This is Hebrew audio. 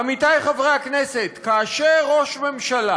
עמיתיי חברי הכנסת, כאשר ראש ממשלה